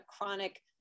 chronic